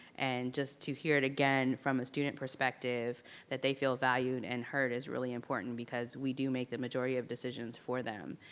and just to hear it again from the student perspective that they feel valued and heard is really important, because we do make the majority of decisions for them,